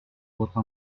votre